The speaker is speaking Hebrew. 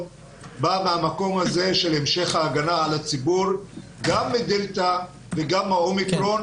באה מהמקום הזה של המשך ההגנה על הציבור גם מ-דלתא וגם מה-אומיקרון.